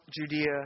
Judea